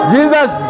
Jesus